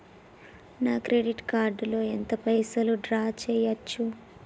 నా credit card లో ఎంత పైసల్ డ్రా చేయచ్చు?